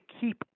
keep